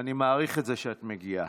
ואני מעריך את זה שאת מגיעה.